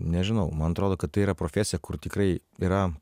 nežinau man atrodo kad tai yra profesija kur tikrai yra